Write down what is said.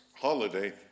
holiday